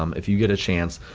um if you get a chance,